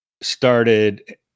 started